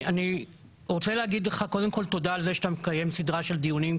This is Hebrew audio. אני רוצה להגיד לך קודם כול תודה על זה שאתה מקיים סדרה של דיונים,